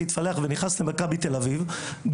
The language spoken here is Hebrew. יתפלח והוא ייכנס למכבי תל אביב,